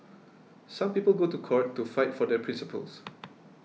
some people go to court to fight for their principles